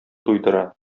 туйдыра